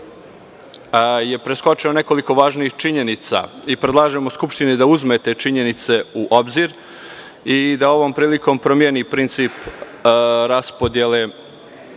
je preskočeno nekoliko važnih činjenica i predlažemo Skupštini da uzme te činjenice u obzir i da ovom prilikom promeni princip raspodele